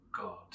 God